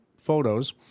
photos